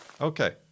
Okay